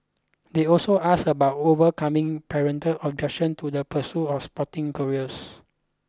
they also asked about overcoming parental objection to the pursuit of sporting careers